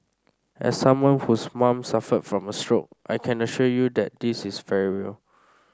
as someone whose mom suffered from a stroke I can assure you that this is very real